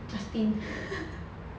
justin